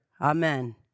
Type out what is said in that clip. amen